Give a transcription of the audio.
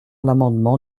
l’amendement